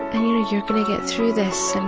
and you know you're going to get through this,